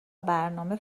برنامه